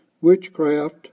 witchcraft